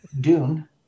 Dune